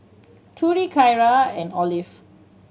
Trudy Tyra and Olive